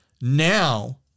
now